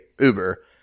Uber